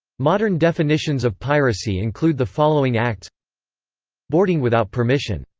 modern definitions of piracy include the following acts boarding without permission.